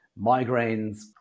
migraines